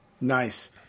Nice